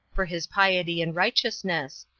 for his piety and righteousness,